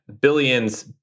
billions